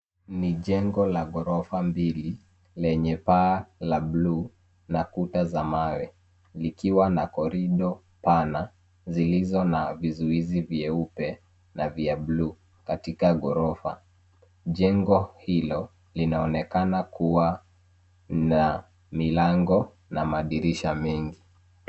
Ni jengo la ghorofa mbili lenye paa la bluu na kuta za mawe likiwa na korido pana zilizo na vizuizi vyeupe na vya bluu katika ghorofa. Jengo hilo linaonekana kuwa na milango na madirisha mengi.